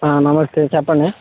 నమస్తే చెప్పండి